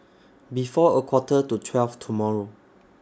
before A Quarter to twelve tomorrow